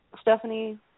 Stephanie